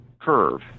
curve